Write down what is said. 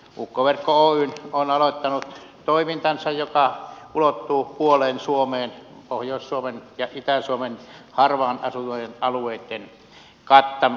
ukkoverkot oy on aloittanut toimintansa joka ulottuu puoleen suomeen pohjois suomen ja itä suomen harvaan asuttujen alueitten kattamiseksi